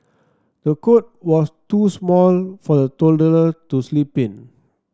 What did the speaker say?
the cot was too small for the toddler to sleep in